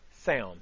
sound